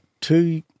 two